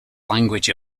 language